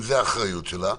אם זו האחריות שלה,